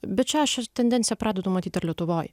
bet šią tendenciją pradedu matyt ir lietuvoj